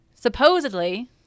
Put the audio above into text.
supposedly